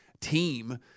team